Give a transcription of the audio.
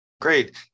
Great